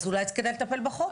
אז אולי כדאי לטפל בחוק.